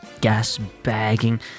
gas-bagging